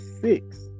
six